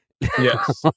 Yes